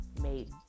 made